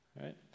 right